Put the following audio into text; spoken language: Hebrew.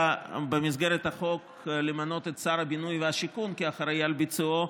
במסגרת החוק אדוני מציע למנות את שר הבינוי והשיכון לאחראי לביצועו.